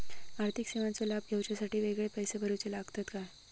आर्थिक सेवेंचो लाभ घेवच्यासाठी वेगळे पैसे भरुचे लागतत काय?